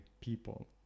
people